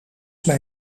mij